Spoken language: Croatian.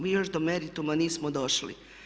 Mi još do merituma nismo došli.